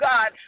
God